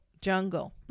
jungle